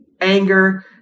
anger